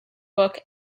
book